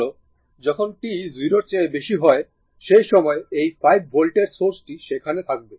যখন t 0 এর চেয়ে বেশি হয় সেই সময় এই 5 ভোল্টের সোর্সটি সেখানে থাকবে